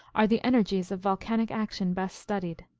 are the energies of volcanic action best studied.